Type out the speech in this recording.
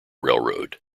railroad